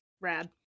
Rad